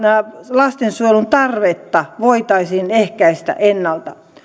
lastensuojelun tarvetta voitaisiin ehkäistä ennalta